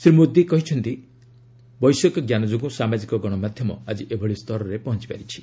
ଶ୍ରୀ ମୋଦୀ କହିଛନ୍ତି ବୈଷୟିକଜ୍ଞାନ ଯୋଗୁଁ ସାମାଜିକ ଗଣମାଧ୍ୟମ ଆଜି ଏଭଳି ସ୍ତରରେ ପହଞ୍ଚିପାରିଛି